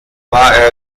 war